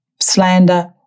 slander